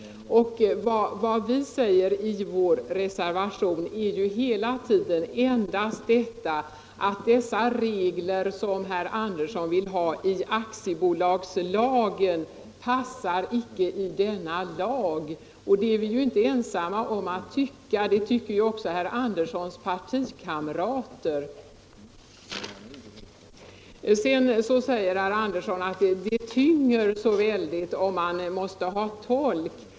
Vi säger i reservationen endast att de regler som herr Andersson vill ha i aktiebolagslagen inte passar i denna lag. Det är vi inte ensamma om att tycka, det tycker också herr Anderssons partikamrater. Sedan säger herr Sivert Andersson att det tynger så väldigt om man måste ha tolk.